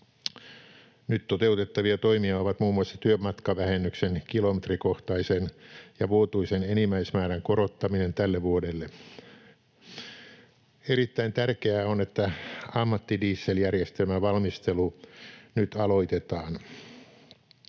Nyt toteutettavia toimia ovat muun muassa työmatkavähennyksen kilometrikohtaisen ja vuotuisen enimmäismäärän korottaminen tälle vuodelle. Erittäin tärkeää on, että ammattidieseljärjestelmän valmistelu nyt aloitetaan.